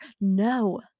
No